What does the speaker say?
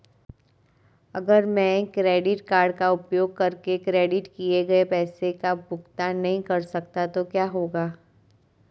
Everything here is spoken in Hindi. अगर मैं क्रेडिट कार्ड का उपयोग करके क्रेडिट किए गए पैसे का भुगतान नहीं कर सकता तो क्या होगा?